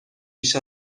بیش